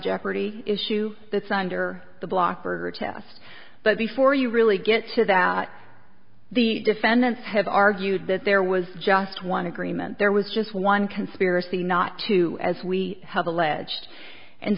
jeopardy issue that's under the blocker test but before you really get to that the defendants have argued that there was just one agreement there was just one conspiracy not two as we have alleged and